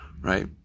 right